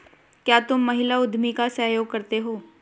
क्या तुम महिला उद्यमी का सहयोग करते हो?